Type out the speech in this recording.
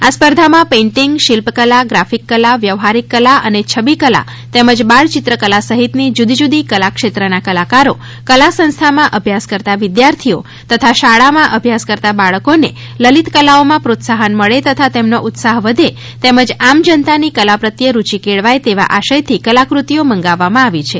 આ સ્પર્ધામાં પેઇન્ટીંગ શિલ્પ કલા ગ્રાફીક કલા વ્યવહારિક કલા અને છબી કલા તેમજ બાળચિત્ર કલા સહિતની જુદી જુદી કલા ક્ષેત્રના કલાકારો કલા સંસ્થામાં અભ્યાસ કરતા વિદ્યાર્થીઓ તથા શાળામાં અભ્યાસ કરતા બાળકોને લલિતકલાઓમાં પ્રોત્સાહન મળે તથા તેમનો ઉત્સાહ વધે તેમજ આમ જનતાની કલા પ્રત્યે રૂચિ કેળવાય તેવા આશયથી કલાકૃત્તિઓ મંગાવવામાં આવી છે